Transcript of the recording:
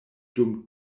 dum